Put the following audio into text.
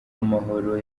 amahoro